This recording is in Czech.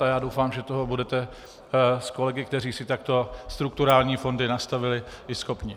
A já doufám, že toho budete s kolegy, kteří si takto strukturální fondy nastavili, i schopni.